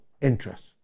interest